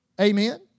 Amen